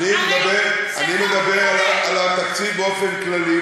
אני מדבר על התקציב באופן כללי,